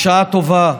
בשעה טובה,